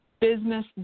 business